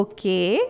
Okay